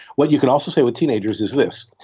what you could also say with teenagers is this,